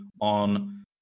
on